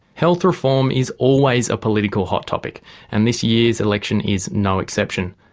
health reform is always a political hot topic and this year's election is no exception.